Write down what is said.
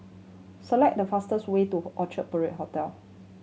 select the fastest way to Orchard Parade Hotel